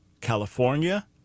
California